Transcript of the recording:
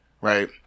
right